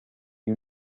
you